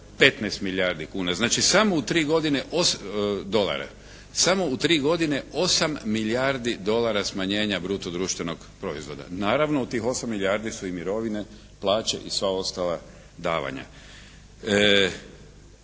15 milijardi kuna. Znači samo u tri godine, dolara. Samo u tri godine 8 milijardi dolara smanjenja bruto društvenog proizvoda. Naravno u tih 8 milijardi su i mirovine, plaće i sva ostala davanja.